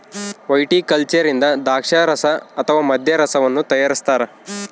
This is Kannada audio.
ವೈಟಿಕಲ್ಚರ್ ಇಂದ ದ್ರಾಕ್ಷಾರಸ ಅಥವಾ ಮದ್ಯವನ್ನು ತಯಾರಿಸ್ತಾರ